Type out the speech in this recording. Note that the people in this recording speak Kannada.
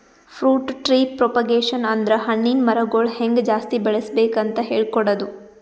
ಫ್ರೂಟ್ ಟ್ರೀ ಪ್ರೊಪೊಗೇಷನ್ ಅಂದ್ರ ಹಣ್ಣಿನ್ ಮರಗೊಳ್ ಹೆಂಗ್ ಜಾಸ್ತಿ ಬೆಳಸ್ಬೇಕ್ ಅಂತ್ ಹೇಳ್ಕೊಡದು